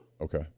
Okay